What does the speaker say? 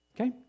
Okay